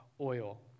oil